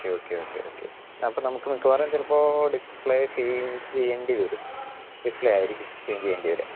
okay okay okay okay അപ്പോൾ നമുക്ക് മിക്കവാറും ചിലപ്പോൾ ഡിസ്പ്ലെ ചെയ്ഞ്ച് ചെയ്യേണ്ടി വരും ഡിസ്പ്ലെ ആയിരിക്കും ചെയ്ഞ്ച് ചെയ്യേണ്ടി വരിക